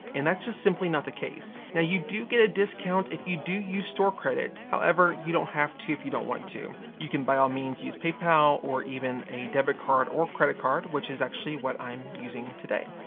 and that's just simply not the case. now you do get a discount if you do use store credit however, you don't have to if you don't want to. you can by all means use paypal, or even a debit card or credit card which is actually what i'm using today.